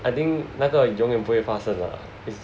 I think 那个永远不会发生了